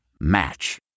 Match